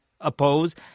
oppose